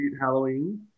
Halloween